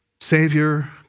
savior